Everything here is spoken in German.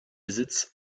besitz